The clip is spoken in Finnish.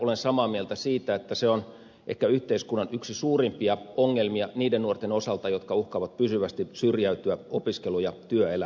olen samaa mieltä siitä että se on ehkä yhteiskunnan yksi suurimpia ongelmia niiden nuorten osalta jotka uhkaavat pysyvästi syrjäytyä opiskelu ja työelämästä